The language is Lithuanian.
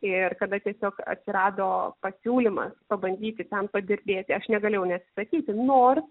ir kada tiesiog atsirado pasiūlymas pabandyti ten padirbėti aš negalėjau neatsisakyti nors